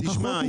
שמבקש.